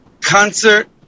concert